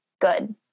good